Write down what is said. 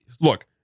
look